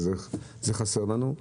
זה חסר לנו.